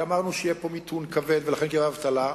כי אמרנו שיהיה פה מיתון כבד ולכן תהיה אבטלה,